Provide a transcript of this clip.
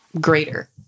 greater